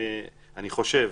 אני חושב,